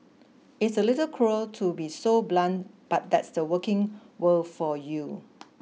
it's a little cruel to be so blunt but that's the working world for you